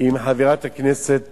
עם חברת הכנסת